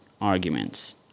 arguments